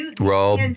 Roll